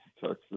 Texas